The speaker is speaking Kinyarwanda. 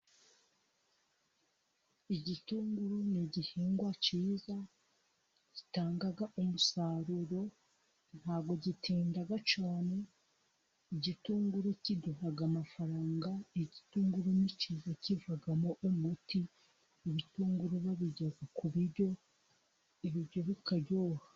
Igitunguru ni igihingwa cyiza gitanga umusaruro, ntabwo gitinda cyane, igitunguru kiduha amafaranga igitunguru ni cyiza kivamo umuti, ibitunguru babirya ku biryo ibiryo bikaryoha.